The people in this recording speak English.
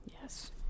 Yes